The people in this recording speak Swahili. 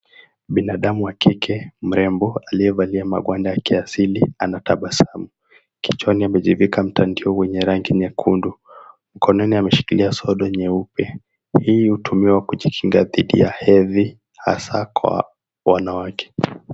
Binadamu wa kike mrembo aliyevalia magwanda ya kiasili anatabasamu, kichwani amejivika mtandio wenye rangi nyekundu, mkononi ameshikilia sodo nyeupe. Hii hutumiwa kujikinga dhidi ya hedhi hasa kwa wanawake.